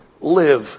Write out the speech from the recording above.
live